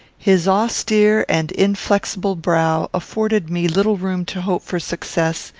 his austere and inflexible brow afforded me little room to hope for success,